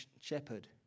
shepherd